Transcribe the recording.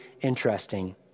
interesting